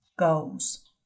goals